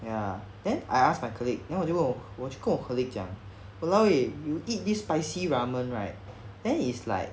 ya then I asked my colleague then 我就跟我我就跟我 colleague 讲 !walao! eh you eat this spicy ramen right then is like